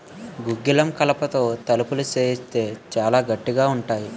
గుగ్గిలం కలపతో తలుపులు సేయిత్తే సాలా గట్టిగా ఉంతాయి